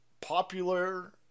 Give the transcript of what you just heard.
popular